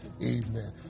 Amen